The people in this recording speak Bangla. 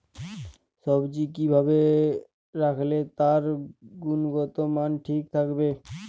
সবজি কি ভাবে রাখলে তার গুনগতমান ঠিক থাকবে?